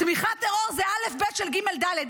תמיכת טרור של אל"ף-בי"ת של גימ"ל-דל"ת.